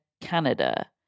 Canada